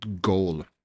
goal